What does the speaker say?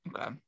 okay